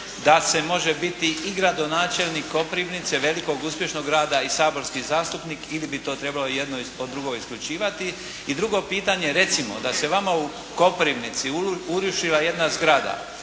da se može biti i dogradonačelnik Koprivnice velikog uspješnog grada i saborski zastupnik ili bi to trebalo jedno od drugog isključivati? I drugo pitanje, recimo da se vama u Koprivnici urušila jedna zgrada,